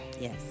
Yes